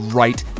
right